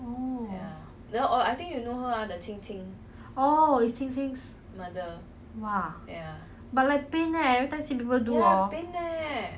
oh oh it's qing qing's mother ya but like pain eh everytime see other people do hor